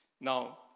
Now